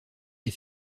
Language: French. est